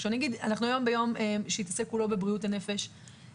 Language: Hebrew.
אנחנו היום ביום שמתעסק כולו בבריאות הנפש,